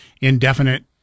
indefinite